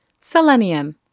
Selenium